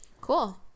cool